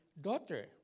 daughter